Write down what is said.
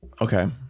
okay